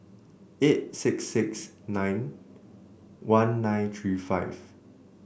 eight six six nine one nine three five